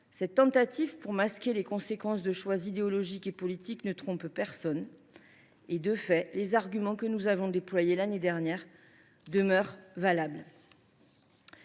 Cette tentative pour masquer les conséquences de vos choix idéologiques et politiques ne trompe personne. De fait, les arguments que nous avons invoqués l’année dernière demeurent valables.